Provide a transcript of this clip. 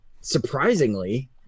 surprisingly